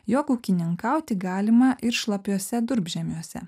jog ūkininkauti galima ir šlapiuose durpžemiuose